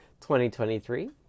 2023